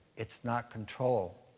it's not control.